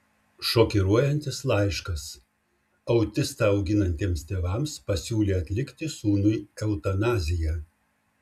šokiruojantis laiškas autistą auginantiems tėvams pasiūlė atlikti sūnui eutanaziją